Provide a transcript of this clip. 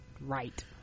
right